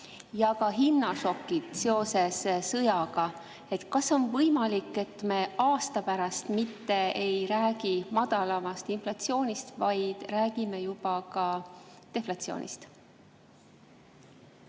ja ka hinnašokid seoses sõjaga. Kas on võimalik, et me aasta pärast mitte ei räägi madalamast inflatsioonist, vaid räägime juba ka deflatsioonist?